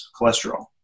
cholesterol